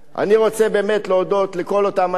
אני רוצה באמת להודות לכל אותם אנשים.